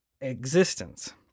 existence